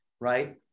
right